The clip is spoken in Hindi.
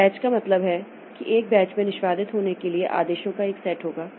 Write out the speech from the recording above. तो बैच का मतलब है एक बैच में निष्पादित होने के लिए आदेशों का एक सेट होगा